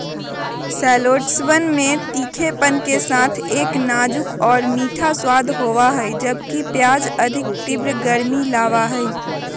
शैलोट्सवन में तीखेपन के साथ एक नाजुक और मीठा स्वाद होबा हई, जबकि प्याज अधिक तीव्र गर्मी लाबा हई